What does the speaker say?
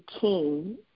king